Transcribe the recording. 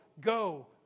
go